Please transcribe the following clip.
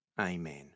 Amen